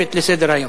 תוספת לסדר-היום,